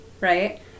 right